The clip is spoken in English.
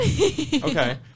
okay